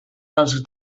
dels